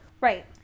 Right